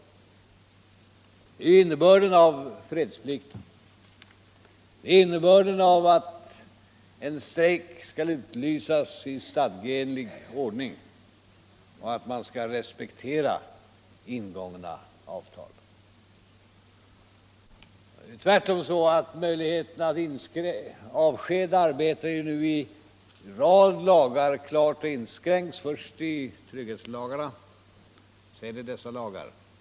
Det är ju detta som är innebörden av fredsplikten — en strejk skall utlysas i stadgeenlig ordning, och man skall respektera ingångna avtal. Möjligheterna att avskeda arbetare har redan nu klart inskränkts genom i första hand trygghetslagarna, och detta kommer att förstärkas genom de lagar vi nu diskuterar.